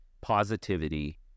positivity